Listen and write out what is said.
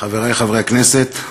חברי חברי הכנסת,